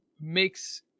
makes